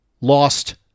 lost